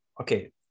Okay